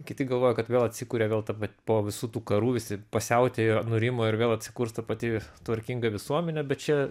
kiti galvoja kad vėl atsikuria vėl ta pat po visų tų karų visi pasiautėjo nurimo ir vėl atsikurs ta pati tvarkinga visuomenė bet čia